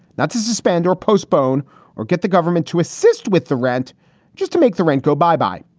not to suspend or postpone or get the government to assist with the rent just to make the rent go. bye bye.